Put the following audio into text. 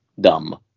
dumb